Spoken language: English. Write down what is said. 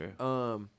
Sure